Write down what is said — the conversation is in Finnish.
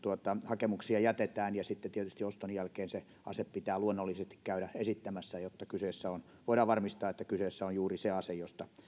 hakemuksia jätetään ja sitten oston jälkeen se ase pitää luonnollisesti käydä esittämässä jotta voidaan varmistaa että kyseessä on juuri se ase